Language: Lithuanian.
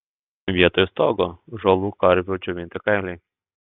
vietoj stogo žalų karvių džiovinti kailiai